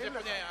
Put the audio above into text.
מה זה פונה?